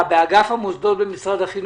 בארץ לגייס תרומות עוד יותר קשה הרבה אנשים בחל"ת,